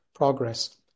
progress